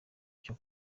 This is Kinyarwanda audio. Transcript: icyo